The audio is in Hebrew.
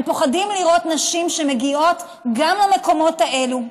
הם פוחדים לראות נשים שמגיעות גם למקומות האלה.